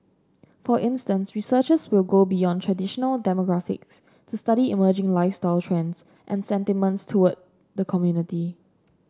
for instance researchers will go beyond traditional demographics to study emerging lifestyle trends and sentiments towards the community